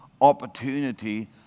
opportunity